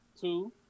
two